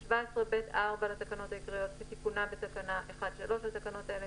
17(ב4) לתקנות העיקריות כתיקונה בתקנה 1(3) לתקנות אלה,